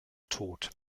tod